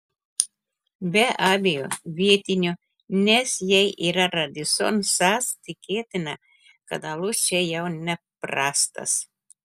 be abejo vietinio nes jei yra radisson sas tikėtina kad alus čia jau neprastas